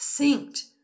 synced